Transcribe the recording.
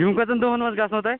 یِم کٔژَن دۄہَن منٛز گژھنو تۄہہِ